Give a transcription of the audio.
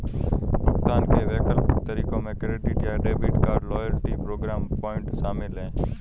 भुगतान के वैकल्पिक तरीकों में क्रेडिट या debit card, loyalty programme point शामिल है